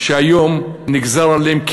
שהיום נגזר עליהם,